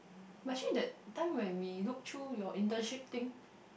but actually that time when we look through your internship thing